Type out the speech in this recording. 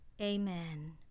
Amen